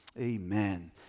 Amen